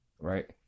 right